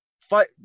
fight